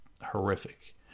horrific